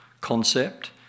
concept